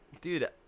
Dude